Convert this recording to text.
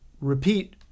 Repeat